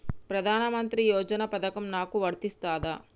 ప్రధానమంత్రి యోజన పథకం నాకు వర్తిస్తదా?